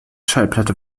schallplatte